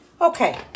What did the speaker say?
Okay